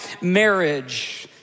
marriage